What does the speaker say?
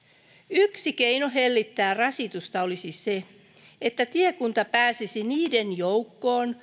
yksi keino hellittää rasitusta olisi se että tiekunta pääsisi niiden joukkoon